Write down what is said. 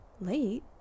Late